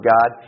God